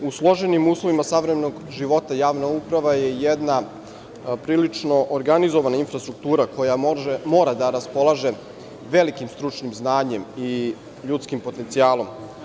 U složenim uslovima savremenog života, javna uprava je jedna prilično organizovana infrastruktura koja mora da raspolaže velikim stručnim znanjem i ljudskim potencijalom.